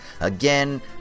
again